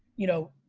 you know,